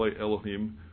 Elohim